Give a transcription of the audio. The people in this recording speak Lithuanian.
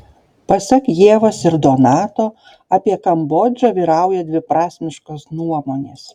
pasak ievos ir donato apie kambodžą vyrauja dviprasmiškos nuomonės